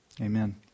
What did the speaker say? Amen